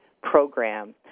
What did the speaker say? program